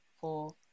four